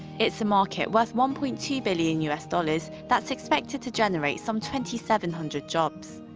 it's a market worth one-point-two billion u s. dollars that's expected to generate some twenty seven hundred jobs.